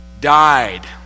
died